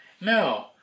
No